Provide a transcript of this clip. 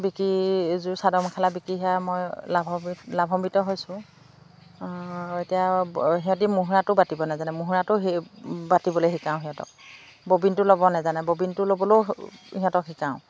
বিকি যোৰ চাদৰ মেখেলা বিকি সেয়া মই লাভ লাভম্বিত হৈছোঁ এতিয়া সিহঁতি মুহুৰাটো বাতিব নাজানে মুহুৰাটো সেই বাতিবলৈ শিকাওঁ সিহঁতক ববিনটো ল'ব নাজানে ববিনটো ল'বলৈও সিহঁতক শিকাওঁ